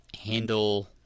handle